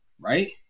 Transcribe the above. right